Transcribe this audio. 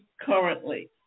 currently